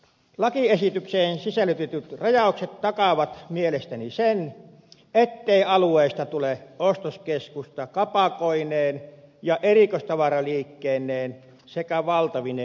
lakiesitykseen sisällytetyt rajaukset takaavat mielestäni sen ettei alueesta tule ostoskeskusta kapakoineen ja erikoistavaraliikkeineen sekä valtavine ihmismassoineen